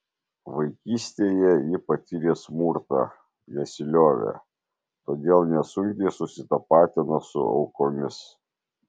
vaikystėje ji patyrė smurtą nesiliovė todėl nesunkiai susitapatino su aukomis